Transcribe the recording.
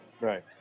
right